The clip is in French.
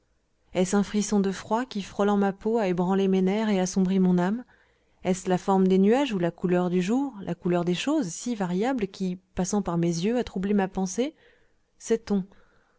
est-ce un frisson de froid qui frôlant ma peau a ébranlé mes nerfs et assombri mon âme est-ce la forme des nuages ou la couleur du jour la couleur des choses si variable qui passant par mes yeux a troublé ma pensée